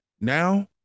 Now